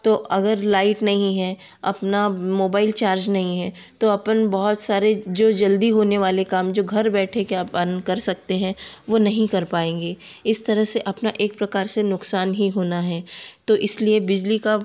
तो अगर लाइट नहीं है अपना मोबाइल चार्ज नहीं है तो अपन बहुत सारे जो जल्दी होने वाले काम जो घर बैठे के अपन कर सकते हैं वह नहीं कर पाएँगे इस तरह से अपना एक प्रकार से नुकसान ही होना है तो इसलिए बिजली का